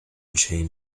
chain